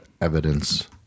evidence